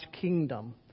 kingdom